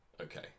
Okay